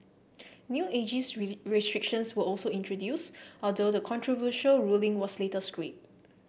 new ageist restrictions were also introduced although the controversial ruling was later scrapped